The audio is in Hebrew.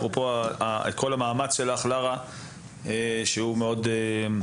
אפרופו כל המאמץ שלך, לארה, שהוא מאוד חשוב.